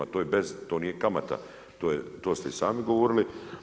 To je bez, to nije kamata, to ste i sami govori.